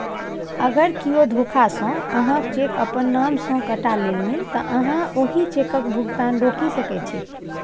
अगर कियो धोखासँ अहाँक चेक अपन नाम सँ कटा लेलनि तँ अहाँ ओहि चेकक भुगतान रोकि सकैत छी